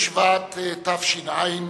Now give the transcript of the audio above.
בשבט תש"ע,